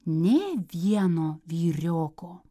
nė vieno vyrioko